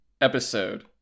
episode